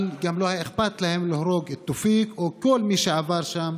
אבל גם לא היה אכפת להם להרוג את תאופיק או את כל מי שעבר שם